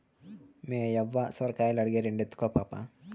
మేయవ్వ సొరకాయలడిగే, రెండెత్తుకో పాపా